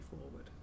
forward